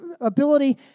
ability